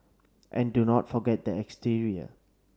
and do not forget the exterior